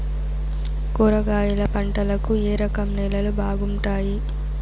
కూరగాయల పంటలకు ఏ రకం నేలలు బాగుంటాయి?